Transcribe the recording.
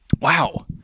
Wow